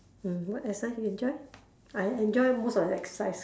mm what exercise you enjoy I enjoy most of the exercise